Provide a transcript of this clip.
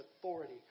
authority